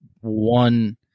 one